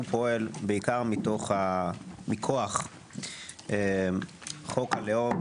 פועל בעיקר מכוח חוק הלאום,